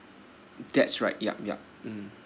that's right yup yup mm